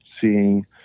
seeing